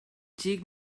xic